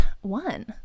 one